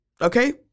Okay